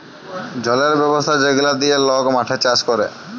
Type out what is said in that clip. জলের ব্যবস্থা যেগলা দিঁয়ে লক মাঠে চাষ ক্যরে